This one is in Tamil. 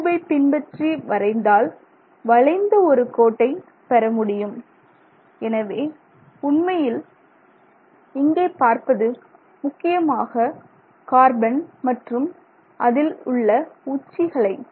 இந்த ட்யூபை பின்பற்றி வரைந்தால் வளைந்த ஒரு கோட்டை பெறமுடியும் எனவே உண்மையில் இங்கே பார்ப்பது முக்கியமாக கார்பன் மற்றும் அதில் உள்ள உச்சிகளை